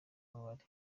umubare